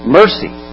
mercy